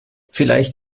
vielleicht